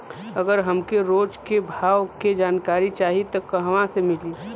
अगर हमके रोज के भाव के जानकारी चाही त कहवा से मिली?